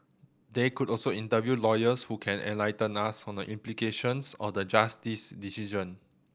they could also interview lawyers who can enlighten us on the implications of the Justice's decision